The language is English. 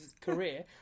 career